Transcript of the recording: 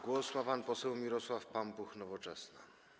Głos ma pan poseł Mirosław Pampuch, Nowoczesna.